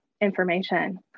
information